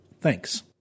Thanks